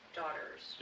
daughters